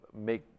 make